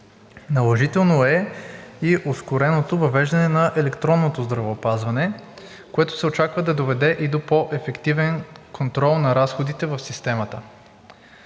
Наложително е и ускореното въвеждане на електронното здравеопазване, което се очаква да доведе и до по-ефективен контрол на разходите в системата.